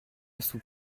sous